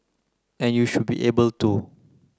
and you should be able to